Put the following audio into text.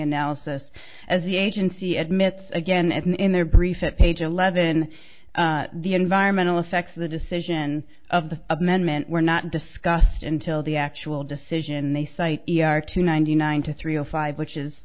analysis as the agency admits again in their brief at page eleven the environmental effects of the decision of the amendment were not discussed until the actual decision they cite to ninety nine to three o five which is